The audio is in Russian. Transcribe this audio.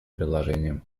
предложением